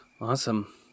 Awesome